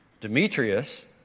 Demetrius